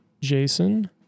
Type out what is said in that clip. Jason